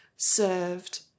served